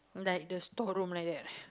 like the store room like that